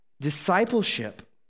Discipleship